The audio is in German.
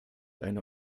eine